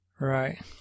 Right